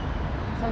mmhmm